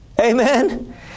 Amen